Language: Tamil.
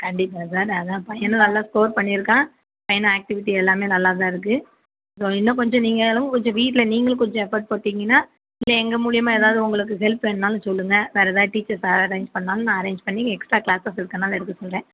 கண்டிப்பாக சார் அதான் பையனும் நல்லா ஸ்கோர் பண்ணியிருக்கான் பையனை ஆக்டிவிட்டி எல்லாமே நல்லா தான் இருக்கு ஸோ இன்னும் கொஞ்சம் நீங்கள் அளவு கொஞ்சம் வீட்டில் நீங்களும் கொஞ்சம் எஃபெக்ட் போட்டுங்கன்னா இல்லை எங்கள் மூலியுமாக எதாவது உங்களுக்கு ஹெல்ப் வேண்னாலும் சொல்லுங்கள் வேறு எதா டீச்சர்ஸ் அரேஞ்ச் பண்ணாலும் நான் அரேஞ்ச் பண்ணி எக்ஸ்ட்ரா கிளாஸஸ் எடுக்கறனாலும் எடுக்க சொல்கிறேன்